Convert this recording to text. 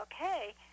okay